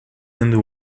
and